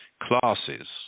classes